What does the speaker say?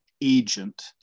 agent